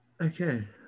Okay